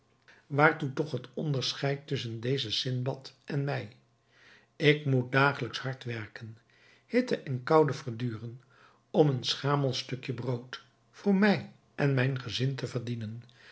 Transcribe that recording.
waartoe toch het onderscheid tusschen dezen sindbad en mij ik moet dagelijks hard werken hitte en koude verduren om een schamel stukje brood voor mij en mijn gezin te verdienen